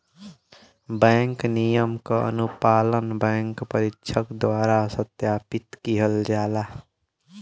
bank नियम क अनुपालन बैंक परीक्षक द्वारा सत्यापित किहल जाला